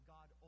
God